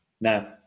No